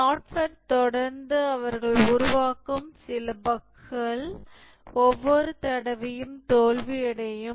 software தொடர்ந்து அவர்கள் உருவாக்கும் சில பஃக்கள் ஒவ்வொரு தடவையும் தோல்வியடையும்